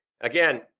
Again